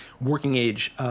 working-age